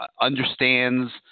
understands